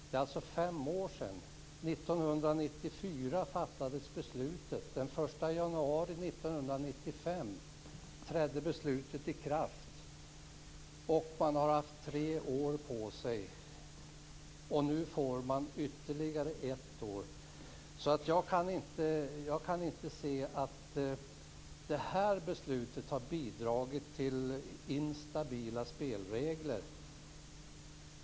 Det är alltså fem år sedan. 1994 fattades beslutet. Den 1 januari 1995 trädde beslutet i kraft. Man har haft tre år på sig, och nu får man ytterligare ett år. Jag kan inte se att detta beslut har bidragit till instabila spelregler.